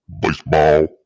baseball